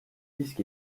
disques